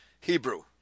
Hebrew